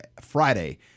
Friday